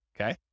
okay